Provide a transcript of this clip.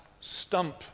stump